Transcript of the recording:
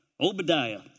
Obadiah